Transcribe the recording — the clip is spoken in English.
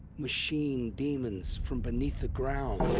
machine demons, from beneath the ground.